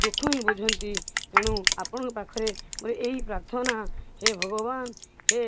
ଦୁଃଖ ହିଁ ବୁଝନ୍ତି ତେଣୁ ଆପଣଙ୍କ ପାଖରେ ମୋର ଏହି ପ୍ରାର୍ଥନା ହେ ଭଗବାନ ହେ